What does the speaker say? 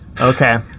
Okay